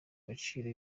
agaciro